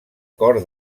cor